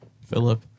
Philip